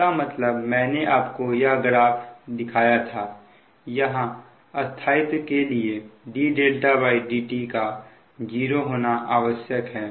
इसका मतलब मैंने आपको यह ग्राफ दिखाया था यहां स्थायित्व के लिए dδdt का 0 होना आवश्यक है